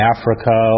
Africa